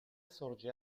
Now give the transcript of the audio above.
sorge